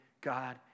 God